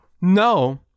no